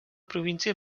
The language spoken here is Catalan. província